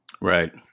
Right